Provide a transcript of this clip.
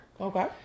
Okay